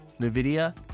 NVIDIA